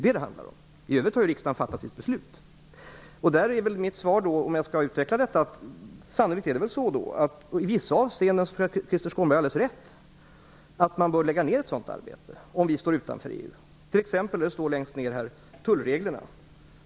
Det är vad det handlar om. I övrigt har riksdagen fattat sitt beslut. Sannolikt har Krister Skånberg i vissa avseenden alldeles rätt, att man bör lägga ner ett sådant arbete om vi står utanför EU, t.ex. när det gäller tullreglerna.